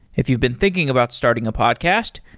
if you've been thinking about starting a podcast,